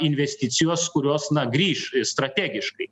investicijos kurios na grįš strategiškai